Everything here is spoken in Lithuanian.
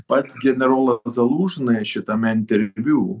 pats generolas zalūžni šitame interviu